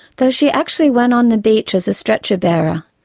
though she actually went on the beach as a stretcher-bearer,